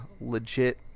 legit